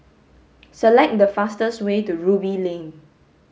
select the fastest way to Ruby Lane